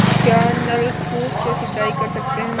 क्या नलकूप से सिंचाई कर सकते हैं?